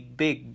big